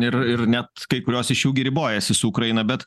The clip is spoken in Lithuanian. ir ir net kai kurios iš jų gi ribojasi su ukraina bet